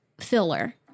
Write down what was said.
filler